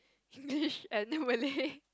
English and Malay